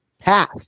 path